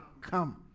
come